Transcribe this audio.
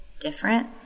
different